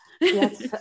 Yes